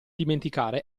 dimenticare